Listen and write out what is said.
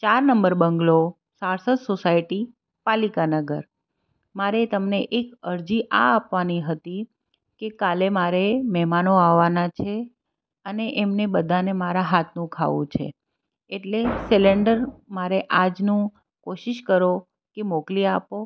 ચાર number bungalow society Palikanagar મારે તમને એક અરજી આ આપવાની હતી કે કાલે મારે મહેમાનો આવવાના છે અને એમને બધાને મારા હાથનું ખાવું છે એટલે સિલેન્ડર મારે આજનું કોશિશ કરો કે મોકલી આપો